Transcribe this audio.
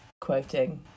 quoting